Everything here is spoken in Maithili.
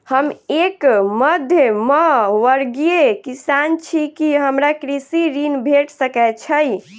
हम एक मध्यमवर्गीय किसान छी, की हमरा कृषि ऋण भेट सकय छई?